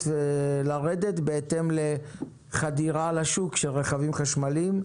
ולרדת בהתאם לחדירה לשוק של רכבים חשמליים.